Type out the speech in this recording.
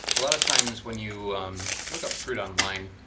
a lot of times when you look up fruit online,